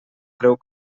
creu